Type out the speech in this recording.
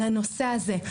לנושא הזה,